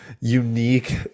unique